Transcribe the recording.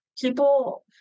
People